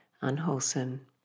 unwholesome